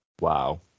Wow